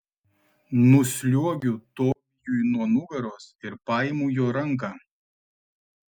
nusliuogiu tobijui nuo nugaros ir paimu jo ranką